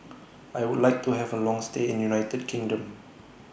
I Would like to Have A Long stay in United Kingdom